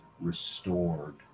restored